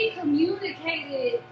communicated